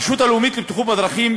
הרשות הלאומית לבטיחות בדרכים,